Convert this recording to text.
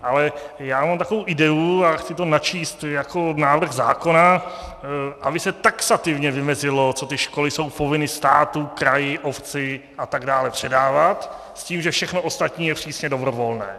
Ale já mám takovou ideu a chci to načíst jako návrh zákona, aby se taxativně vymezilo, co ty školy jsou povinny státu, kraji, obci atd. předávat, s tím, že všechno ostatní je přísně dobrovolné.